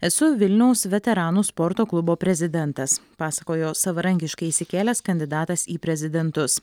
esu vilniaus veteranų sporto klubo prezidentas pasakojo savarankiškai išsikėlęs kandidatas į prezidentus